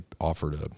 offered